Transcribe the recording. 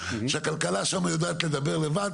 שהכלכלה שם יודעת לדבר לבד,